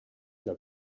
del